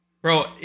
bro